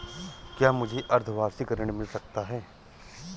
क्या मुझे अर्धवार्षिक ऋण मिल सकता है?